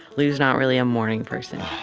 lou's not really a morning person.